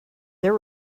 their